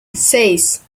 seis